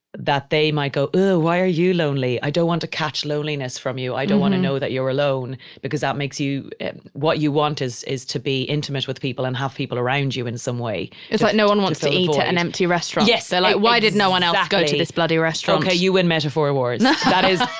that they might go, ew, why are you lonely? i don't want to catch loneliness from you. i don't want to know that you're alone because that makes you what, you want is, is to be intimate with people and have people around you in some way it's like no one wants to eat at an empty restaurant yes, exactly so like why did no one else go to this bloody restaurant? ok, you win metaphor awards. because that is.